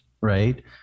right